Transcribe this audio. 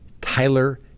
Tyler